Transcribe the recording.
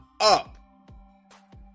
up